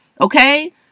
Okay